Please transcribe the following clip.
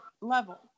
level